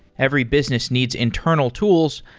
every business needs internal tools,